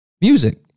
music